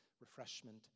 refreshment